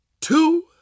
two